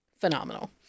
Phenomenal